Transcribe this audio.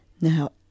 Now